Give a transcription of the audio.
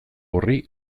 horri